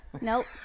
Nope